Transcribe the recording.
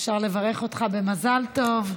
אפשר לברך אותך במזל טוב,